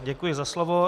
Děkuji za slovo.